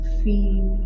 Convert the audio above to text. feel